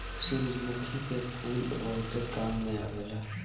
सूरजमुखी के फूल बहुते काम में आवेला